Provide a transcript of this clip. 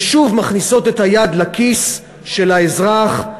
ששוב מכניסות את היד לכיס של האזרח,